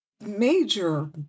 major